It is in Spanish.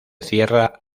cierra